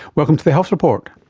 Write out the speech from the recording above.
welcome to the health report.